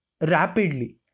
rapidly